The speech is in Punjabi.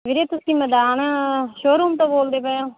ਵੀਰੇ ਤੁਸੀਂ ਮੈਦਾਨ ਸ਼ੋਰੂਮ ਤੋਂ ਬੋਲਦੇ ਪਏ ਹੋ